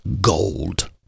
gold